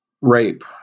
rape